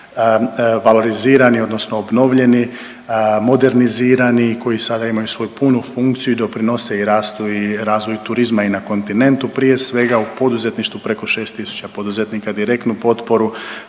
valorizirani, odnosno obnovljeni, modernizirani koji sada imaju svoju punu funkciju i doprinose i rastu i razvoju turizma i na kontinentu prije svega. U poduzetništvu preko 6000 poduzetnika direktnu potporu,